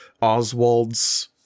Oswald's